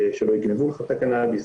שלא יגנבו לך את הקנאביס,